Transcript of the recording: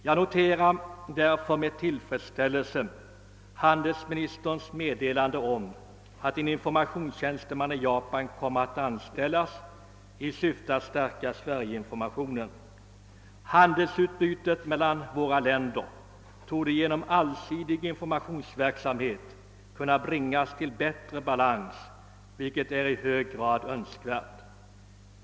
Jag noterar därför med tillfredsställelse handelsministerns meddelande att en informationstjänsteman i Japan kommer att anställas i syfte att stärka sverigeinformationen. Handelsutbytet mellan våra länder torde genom allsidig informationsverksamhet kunna bringas till bättre balans, vilket är i hög grad önskvärt.